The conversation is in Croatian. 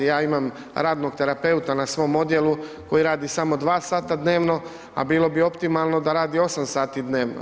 Ja imam radnog terapeuta na svom odjelu koji radi samo dva sata dnevno, a bilo bi optimalno da radi osam sati dnevno.